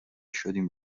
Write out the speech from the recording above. شدیم